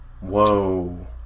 Whoa